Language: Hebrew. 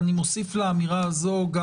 אני מוסיף לאמירה הזו גם